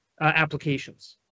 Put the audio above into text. applications